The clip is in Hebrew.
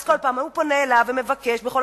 אז כל פעם הוא פונה אליו ומבקש בכל